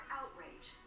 outrage